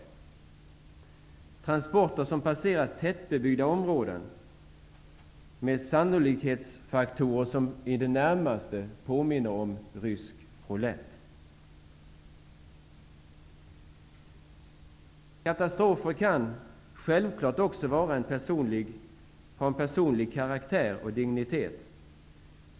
Det är transporter som passerar tätbebyggda områden med sannolikhetsfaktorer som närmast påminner om rysk roulett. Katastrofer kan självklart också vara av personlig karaktär och dignitet.